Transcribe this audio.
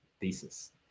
thesis